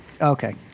okay